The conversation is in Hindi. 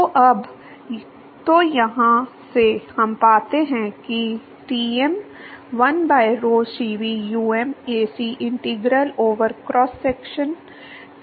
तो अब तो यहाँ से हम पाते हैं कि Tm 1 by rho Cv um Ac integral over cross section T into dAc